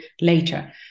later